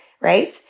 right